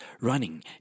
running